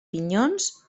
pinyons